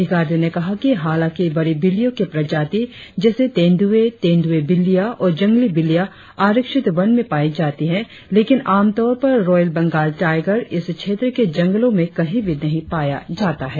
अधिकारियों ने कहा कि हालांकि बड़ी बिल्लियों के प्रजाति जैसे तेंदुए तेंदुए बिल्लियां और जंगली बिल्लियां आरक्षित वन में पाई जाती है लेकिन आमतौर पर रॉयल बंगाल टाइगर इस क्षेत्र के जंगलों में कही भी नही पाया जाता है